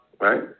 right